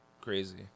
crazy